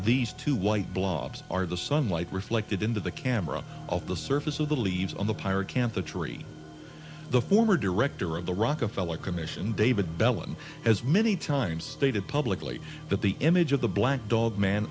these two white blobs are the sunlight reflected into the camera of the surface of the leaves on the pirate camp the tree the former director of the rockefeller commission david belin as many times stated publicly that the image of the black dog man